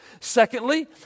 Secondly